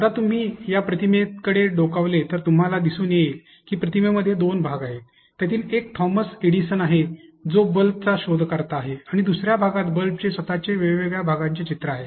आता तुम्ही त्या प्रतिमेकडे डोकावले तर तुम्हाला दिसून येईल की प्रतिमेमध्ये दोन भाग आहेत त्यातील एक थॉमस एडिसन आहे जो बल्बचा शोधकर्ता आहे आणि दुसर्या भागात बल्बचे स्वतःचे वेगवेगळ्या भागांचे चित्र आहे